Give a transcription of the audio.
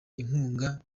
inkunga